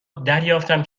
دریافتم